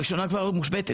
הראשונה כבר מושבתת,